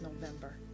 November